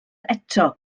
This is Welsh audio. eto